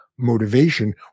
motivation